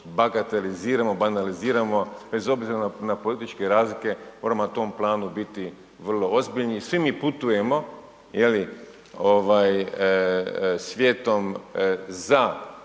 bagateliziramo, banaliziramo bez obzira na političke razlike moramo na tom planu biti vrlo ozbiljni. Svi mi putujemo svijetom za